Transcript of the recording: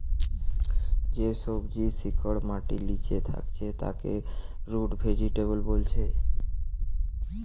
যে সবজির শিকড় মাটির লিচে থাকছে তাকে রুট ভেজিটেবল বোলছে